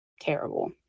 terrible